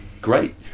great